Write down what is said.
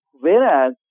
Whereas